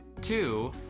two